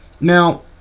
Now